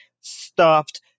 stopped